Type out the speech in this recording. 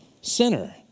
sinner